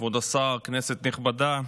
כבוד השר, כנסת נכבדה,